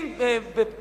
משפט אחרון.